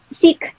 seek